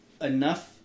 enough